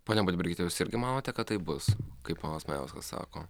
ponia budbergyte jūs irgi manote kad taip bus kaip ponas majauskas sako